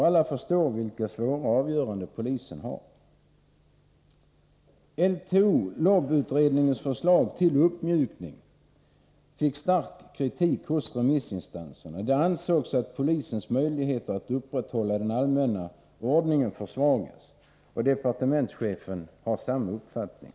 Alla förstår vilka svåra avgöranden polisen har att träffa. LTO/LOB-utredningens förslag till uppmjukning fick stark kritik hos remissinstanserna. Det ansågs att polisens möjligheter att upprätthålla den allmänna ordningen försvagas, och departementschefen har samma uppfattning.